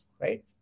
right